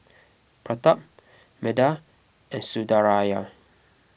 Pratap Medha and Sundaraiah